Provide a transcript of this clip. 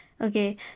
Okay